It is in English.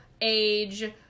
age